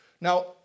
Now